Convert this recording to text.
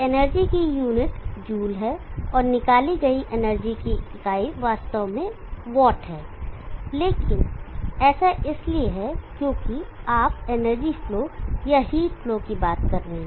energy की unit joule है और निकाली गई एनर्जी की इकाई वास्तव में वाट है ऐसा इसलिए है क्योंकि आप एनर्जी फ्लो या हीट फ्लो की बात कर रहे हैं